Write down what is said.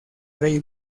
rey